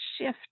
shift